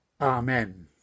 Amen